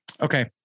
Okay